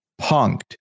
punked